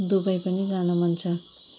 Dubai पनि जानु मन छ